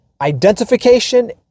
identification